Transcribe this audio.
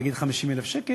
נגיד 50,000 שקל,